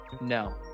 No